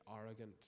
arrogant